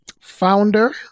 founder